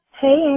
Hey